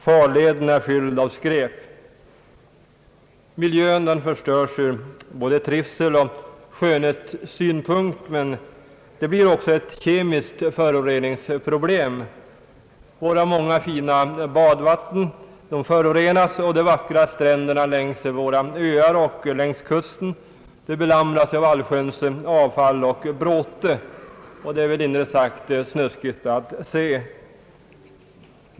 Farleden är fylld av skräp.» Miljön förstörs ur trivseloch skönhetssynpunkt, men det blir också ett kemiskt föroreningsproblem. Våra fina badvatten förorenas, och de vackra stränderna längs öar och kuster belamras av allsköns avfall och bråte. Det är milt sagt snuskigt att se.